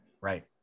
Right